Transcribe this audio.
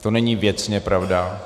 To není věcně pravda.